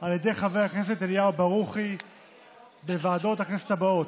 על ידי חבר הכנסת אליהו ברוכי בוועדות הכנסת הבאות: